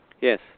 Yes